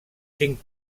cinc